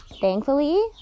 Thankfully